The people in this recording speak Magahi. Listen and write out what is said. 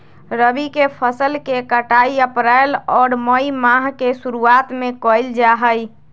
रबी के फसल के कटाई अप्रैल और मई माह के शुरुआत में कइल जा हई